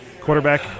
quarterback